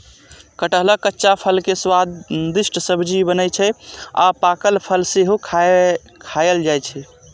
कटहलक कच्चा फल के स्वादिष्ट सब्जी बनै छै आ पाकल फल सेहो खायल जाइ छै